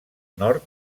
nord